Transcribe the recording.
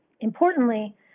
Importantly